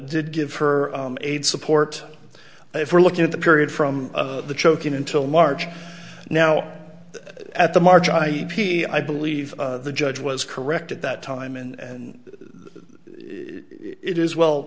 did give her aide support if we're looking at the period from the choking until march now at the march i p i believe the judge was correct at that time and it is well